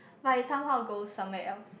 but it somehow goes somewhere else